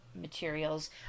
materials